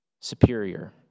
superior